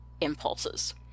impulses